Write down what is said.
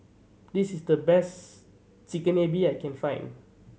this is the best Chigenabe I can find